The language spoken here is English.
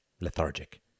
Lethargic